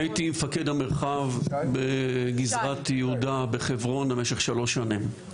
הייתי מפקד המרחב בגזרת יהודה בחברון במשך שלוש שנים.